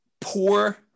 Poor